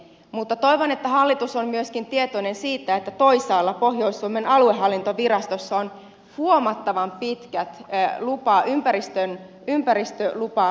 mutta toivon että hallitus on tietoinen myöskin siitä että toisaalla pohjois suomen aluehallintovirastossa on huomattavan pitkät ympäristöluparuuhkat